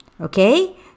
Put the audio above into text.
okay